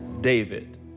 David